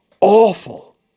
awful